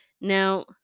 Now